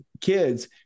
kids